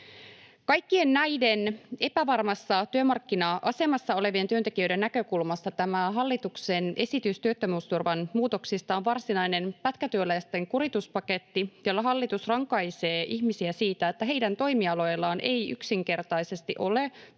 Kaikkien näiden epävarmassa työmarkkina-asemassa olevien työntekijöiden näkökulmasta tämä hallituksen esitys työttömyysturvan muutoksista on varsinainen pätkätyöläisten kurituspaketti, jolla hallitus rankaisee ihmisiä siitä, että heidän toimialoillaan ei yksinkertaisesti ole tarjolla